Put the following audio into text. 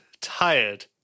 tired